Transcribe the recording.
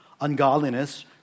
Ungodliness